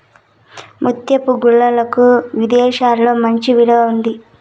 ముత్యపు గుల్లలకు విదేశాలలో మంచి విలువ ఉంది